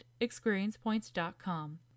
experiencepoints.com